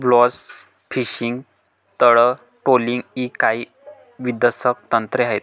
blast fishing, तळ trawling इ काही विध्वंसक तंत्रे आहेत